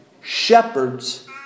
Shepherds